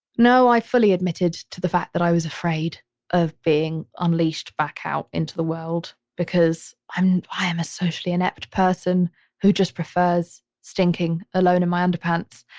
i fully admitted to the fact that i was afraid of being unleashed back out into the world because i'm, i am a socially inept person who just prefers stinking alone in my underpants.